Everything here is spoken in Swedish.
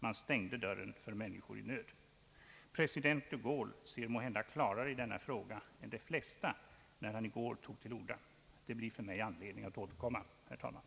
Man stängde dörren för människor i nöd. President de Gaulle såg måhända klarare i denna fråga än de flesta när han i går tog till orda. Det blir för mig anledning att återkomma, herr talman.